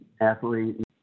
athlete